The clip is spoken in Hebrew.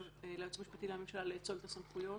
ליועץ המשפטי לממשלה לאצול את הסמכויות,